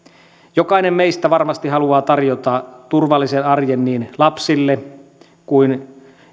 jokainen meistä varmasti haluaa tarjota turvallisen arjen niin lapsille kuin